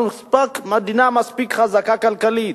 אנחנו מדינה מספיק חזקה כלכלית.